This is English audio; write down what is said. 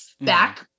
back